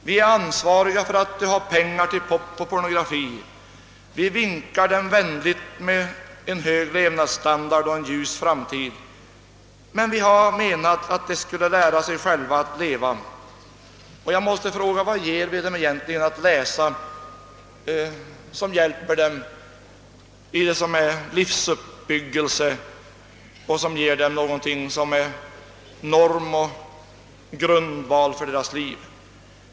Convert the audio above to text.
Vi är ansvariga för att de har pengar till pop och pornografi, vi vinkar vänligt till dem med en hög levnadsstandard och en ljus framtid, men vi har menat att de själva skulle lära sig att leva. Jag måste fråga: Vad ger vi dem egentligen att läsa som kan ge livsuppbyggelse och som kan tjäna som norm och grundval för livet?